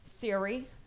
Siri